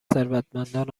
ثروتمندان